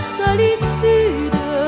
solitude